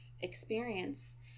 experience